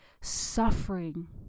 suffering